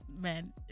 man